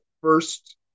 first